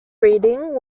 reading